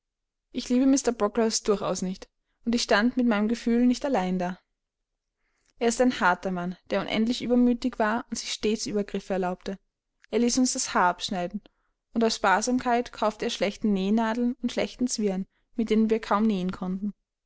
ich liebte mr brocklehurst durchaus nicht und ich stand mit meinem gefühl nicht allein da er ist ein harter mann der unendlich übermütig war und sich stets übergriffe erlaubte er ließ uns das haar abschneiden und aus sparsamkeit kaufte er schlechte nähnadeln und schlechten zwirn mit denen wir kaum nähen konnten